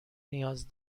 نیاز